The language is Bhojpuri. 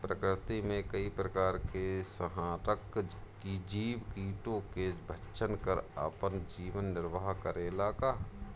प्रकृति मे कई प्रकार के संहारक जीव कीटो के भक्षन कर आपन जीवन निरवाह करेला का?